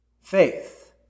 faith